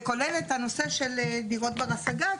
זה כולל את הנושא של דירות ברות השגה.